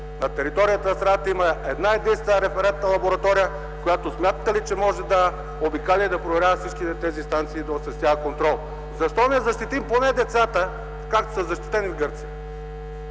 На територията на страната има една-единствена референтна лаборатория, която смятате ли, че може да обикаля, да проверява всички тези станции и да осъществява контрол? Защо не защитим поне децата, както са защитени в Гърция?!